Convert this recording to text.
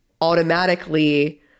automatically